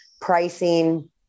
pricing